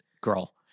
girl